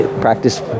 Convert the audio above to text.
practice